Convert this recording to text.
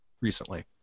recently